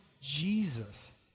Jesus